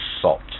salt